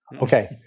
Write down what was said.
Okay